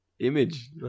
image